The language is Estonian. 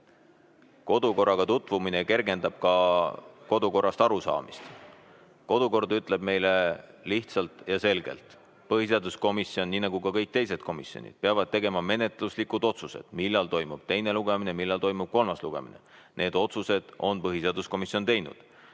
Kodukorraga tutvumine kergendab ka kodukorrast arusaamist. Kodukord ütleb meile lihtsalt ja selgelt: põhiseaduskomisjon, nii nagu ka kõik teised komisjonid, peab tegema menetluslikud otsused, millal toimub teine lugemine, millal toimub kolmas lugemine. Need otsused on põhiseaduskomisjon teinud.